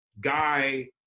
Guy